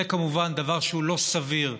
זה כמובן דבר שהוא לא סביר.